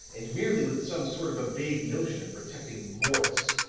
and merely with some sort of a vague notion of protecting morris.